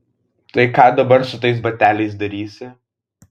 tai ką dabar su tais bateliais darysi